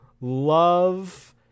love